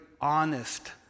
honest